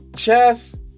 chess